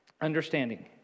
understanding